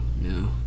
no